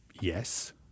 Yes